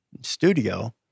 studio